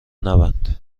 نبند